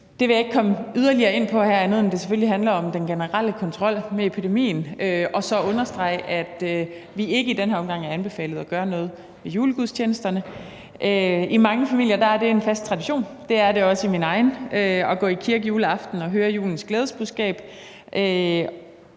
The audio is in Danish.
Det vil jeg ikke komme yderligere ind på her andet end at sige, at det selvfølgelig handler om den generelle kontrol med epidemien, og så understrege, at vi ikke i den her omgang har anbefalet at gøre noget ved julegudstjenesterne. I mange familier er det en fast tradition – det er det også i min egen – at gå i kirke juleaften og høre julens glædesbudskab,